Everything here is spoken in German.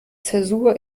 zäsur